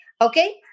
Okay